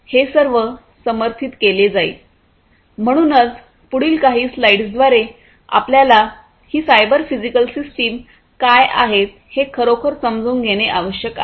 म्हणूनच पुढील काही स्लाइड्सद्वारे आपल्याला ही सायबर फिजिकल सिस्टम काय आहेत हे खरोखर समजून घेणे आवश्यक आहे